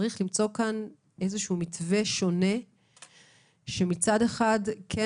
צריך למצוא כאן איזשהו מתווה שונה שמצד אחד כן